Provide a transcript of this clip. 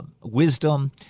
wisdom